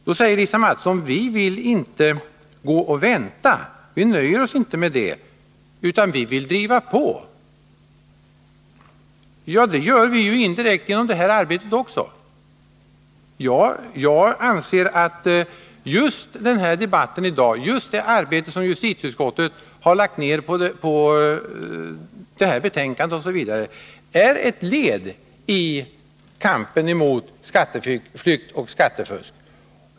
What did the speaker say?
Då säger Lisa Mattson: Vi vill inte gå och vänta. Vi nöjer oss inte med det, utan vi vill driva på. Men det gör vi ju indirekt genom detta arbete. Jag anser att just denna debatt i dag och det arbete som justitieutskottet har lagt ner på detta betänkande är ett led i kampen mot skatteflykt och skattefusk.